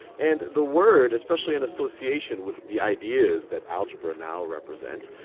and the word, especially in association with the ideas that algebra now represents,